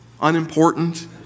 unimportant